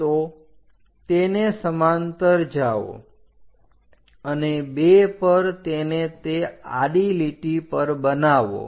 તો તેને સમાંતર જાઓ અને 2 પર તેને તે આડી લીટી પર બનાવો